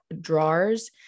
drawers